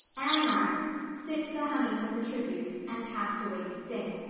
anne laughed, sipped the honey from the tribute, and cast away the sting.